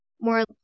more